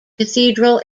cathedral